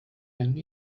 and